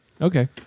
Okay